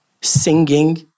singing